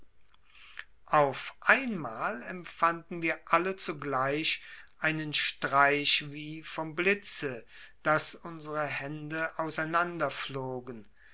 auf einmal empfanden wir alle zugleich einen streich wie vom blitze daß unsere hände auseinander flogen